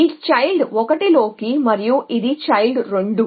ఈ చైల్డ్ 1 లోకి మరియు ఇది చైల్డ్ 2